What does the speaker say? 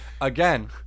Again